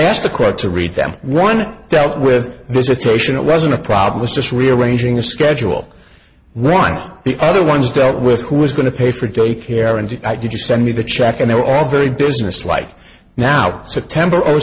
asked the court to read them one dealt with visitation it wasn't a problem was just rearranging the schedule one the other ones dealt with who was going to pay for daycare and i did you send me the check and they were all very businesslike now september o